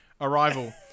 arrival